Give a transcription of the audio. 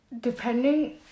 depending